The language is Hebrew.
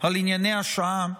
על ענייני השעה,